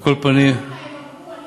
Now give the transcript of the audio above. הייתי ברוב הדיון,